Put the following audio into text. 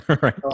Right